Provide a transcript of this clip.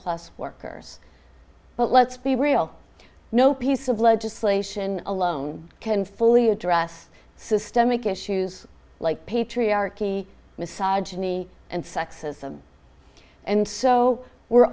plus workers but let's be real no piece of legislation alone can fully address systemic issues like patriarchy massage and sexism and so we're